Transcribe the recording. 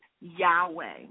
Yahweh